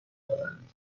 دارند